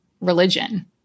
religion